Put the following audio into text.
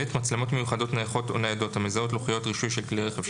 מצלמות מיוחדות נייחות או ניידות המזהות לוחיות רישוי של כלי רכב,